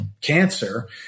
cancer